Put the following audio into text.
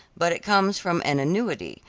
but it comes from an annuity,